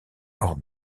hors